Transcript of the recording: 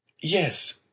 Yes